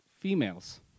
females